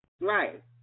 right